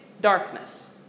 darkness